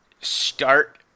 start